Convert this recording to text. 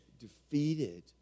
Defeated